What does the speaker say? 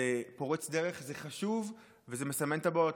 זה פורץ דרך, זה חשוב וזה מסמן את הבאות.